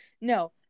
No